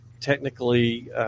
technically